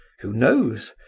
who knows?